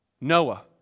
Noah